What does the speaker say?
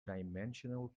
dimensional